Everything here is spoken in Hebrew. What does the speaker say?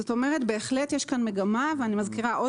זאת אומרת, בהחלט יש כאן מגמה ואני מזכירה שוב